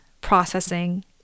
processing